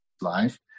life